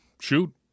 shoot